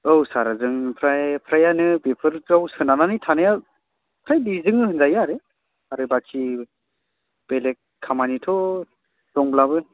औ सार जों फ्राय फ्राइयानो बेफोराव सोनारनानै थानाया फ्राय बेजोंनो होनजायो आरो आरो बाखि बेलेक खामानिथ' दंब्लाबो